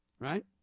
Right